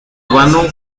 urbano